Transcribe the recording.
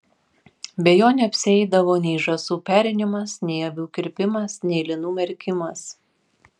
be jo neapsieidavo nei žąsų perinimas nei avių kirpimas nei linų merkimas